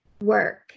work